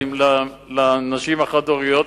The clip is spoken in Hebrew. לנשים החד-הוריות,